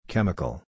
Chemical